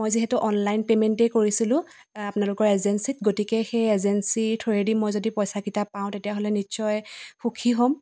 মই যিহেতু অনলাইন পে'মেণ্টেই কৰিছিলো আপোনালোকৰ এজেঞ্চিত গতিকে সেই এজেঞ্চি থ্ৰোৱেদি মই যদি পইচাকেইটা পাওঁ তেতিয়াহ'লে নিশ্চয় সুখী হ'ম